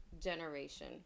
generation